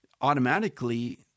automatically